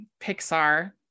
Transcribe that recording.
Pixar